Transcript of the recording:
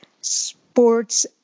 sports